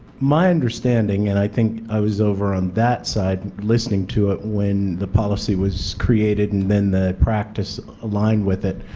my understanding, and i think i was over on that side listening to it when the policy was created, and then the practice aligned with that,